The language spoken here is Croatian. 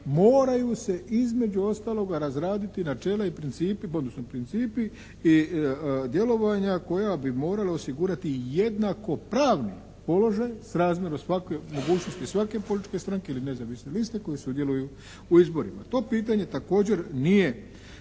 moraju se između ostaloga razraditi načela i principi, odnosno principi i djelovanja koja bi morala osigurati jednako pravni položaj srazmjeru mogućnosti svake političke stranke ili nezavisne liste koje sudjeluju u izborima. To pitanje također nije